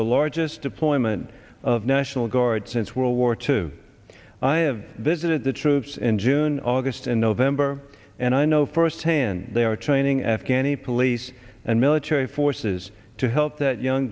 the largest deployment of national guard since world war two i have visited the troops in june august and november and i know firsthand they are training afghanis police and military forces to help that young